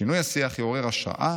שינוי השיח יעורר השראה